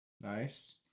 Nice